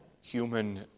human